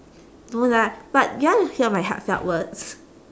no lah but do you want to hear my heartfelt words